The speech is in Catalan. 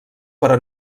però